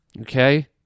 okay